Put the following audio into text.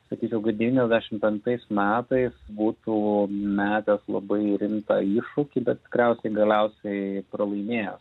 sakyčiau kad devyniasdešim penktais metais būtų metęs labai rimtą iššūkį bet tikriausiai galiausiai pralaimėjęs